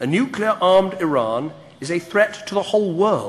לסיום, מכובדי, אתה מגיע עם משלחת נכבדה,